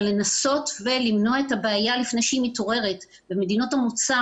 לנסות ולמנוע את הבעיה לפני שהיא מתעוררת במדינות המוצא.